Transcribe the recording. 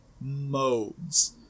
modes